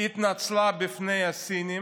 התנצלה בפני הסינים,